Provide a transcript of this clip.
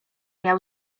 miał